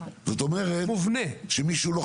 זה מובנה.